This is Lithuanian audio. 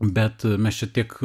bet mes čia tiek